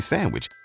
Sandwich